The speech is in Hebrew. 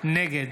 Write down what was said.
נגד